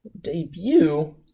debut